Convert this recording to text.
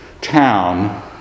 town